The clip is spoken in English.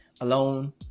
alone